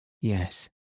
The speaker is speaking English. Yes